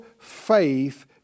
faith